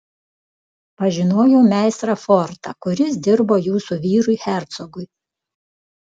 pažinojau meistrą fortą kuris dirbo jūsų vyrui hercogui